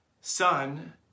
son